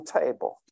table